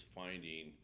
finding